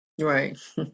right